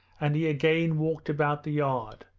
and he again walked about the yard,